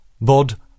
Bod